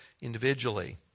individually